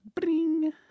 bring